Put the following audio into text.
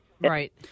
Right